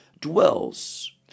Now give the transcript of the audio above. dwells